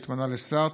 שהתמנה לשר,